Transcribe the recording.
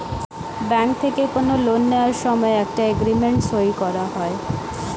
bank থেকে কোনো loan নেওয়ার সময় একটা এগ্রিমেন্ট সই করা হয়